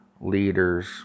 leaders